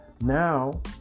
now